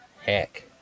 heck